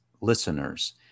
listeners